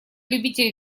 любители